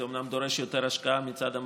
זה אומנם דורש יותר השקעה מצד המרצים,